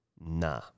nah